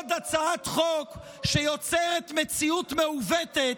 בעוד הצעת חוק שיוצרת מציאות מעוותת,